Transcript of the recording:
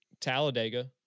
talladega